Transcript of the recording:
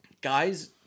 guys